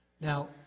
now